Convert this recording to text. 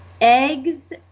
Eggs